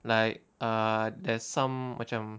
like uh there's some macam